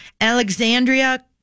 Alexandria